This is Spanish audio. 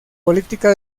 política